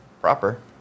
proper